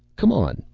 come on,